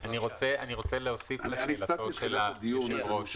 אני רוצה להוסיף לשאלתו של היושב-ראש.